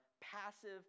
passive